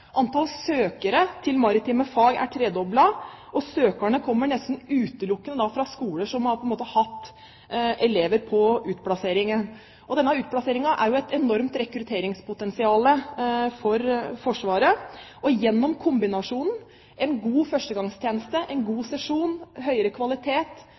Antall søkere til maritime fag er tredoblet, og søkerne kommer nesten utelukkende fra skoler som har hatt elever på utplassering. Denne utplasseringen er et enormt rekrutteringspotensial for Forsvaret. Gjennom kombinasjonen en god førstegangstjeneste, en god sesjon, høyere kvalitet